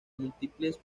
múltiples